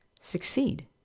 succeed